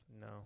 No